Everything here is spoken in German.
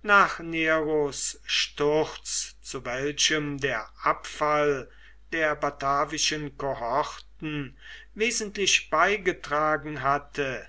nach neros sturz zu welchem der abfall der batavischen kohorten wesentlich beigetragen hatte